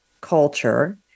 culture